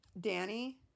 Danny